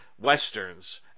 westerns